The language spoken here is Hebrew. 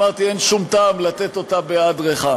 אמרתי שאין שום טעם לתת אותה בהיעדרך.